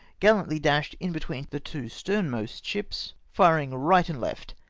gallantly dashed in between the two sternmost ships, firing right and left,